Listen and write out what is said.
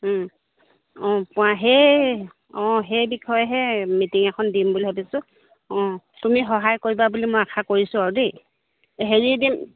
অঁ পোৱা সেই অঁ সেই বিষয়েহে মিটিং এখন দিম বুলি ভাবিছোঁ অঁ তুমি সহায় কৰিবা বুলি মই আশা কৰিছোঁ আৰু দেই হেৰি দিম